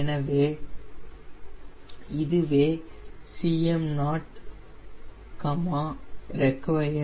எனவே இதுவே Cm0 reqd